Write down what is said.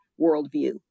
worldview